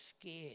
scared